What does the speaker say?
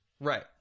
Right